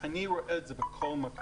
אני רואה את זה בכל מקום.